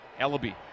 Ellaby